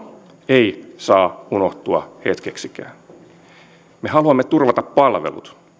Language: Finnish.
ei saa unohtua hetkeksikään me haluamme turvata palvelut